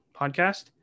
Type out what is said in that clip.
podcast